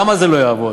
למה זה לא יעבוד?